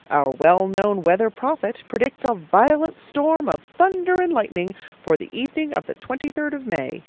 our well-known weather prophet, predicts a violent storm of thunder and lightning for the evening of the twenty-third of may,